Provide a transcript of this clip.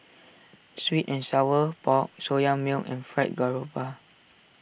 Sweet and Sour Pork Soya Milk and Fried Garoupa